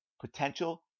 Potential